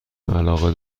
علاقه